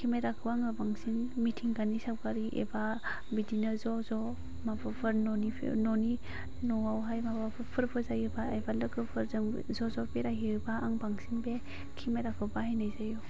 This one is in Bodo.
केमेराखौ आङो बांसिन मिथिंगानि सावगारि एबा बिदिनो ज' ज' माबाफोर ननि ननि न'आवहाय माबाफोर फोरबो जायोबा एबा लोगोफोरजों ज' ज' बेरायहैयोबा आं बांसिन बे केमेराखौ बाहायनाय जायो